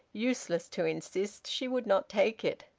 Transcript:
useless to insist she would not take it.